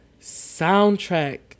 soundtrack